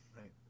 Right